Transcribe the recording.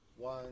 one